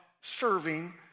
serving